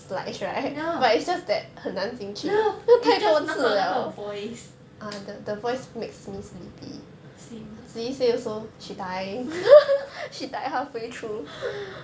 ya ya it's just 那个那个 voice same